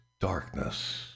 darkness